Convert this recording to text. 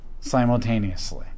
simultaneously